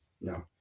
No